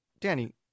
Danny